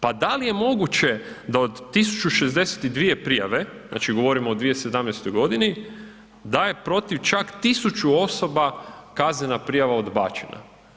Pa da li je moguće da od 1062 prijave, znači govorimo o 2017.g., da je protiv čak 1000 osoba kaznena prijava odbačena.